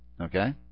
okay